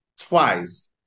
twice